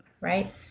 Right